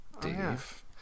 Dave